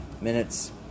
minutes